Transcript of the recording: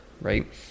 right